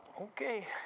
Okay